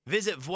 Visit